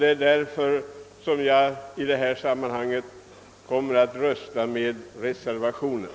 Jag kommer således i detta sammanhang att rösta för reservationen.